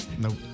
Nope